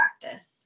practice